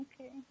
Okay